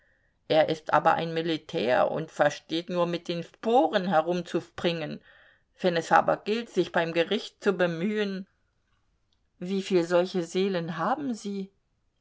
er ist aber ein militär und versteht nur mit den sporen herumzuspringen wenn es aber gilt sich beim gericht zu bemühen wieviel solche seelen haben sie